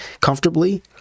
comfortably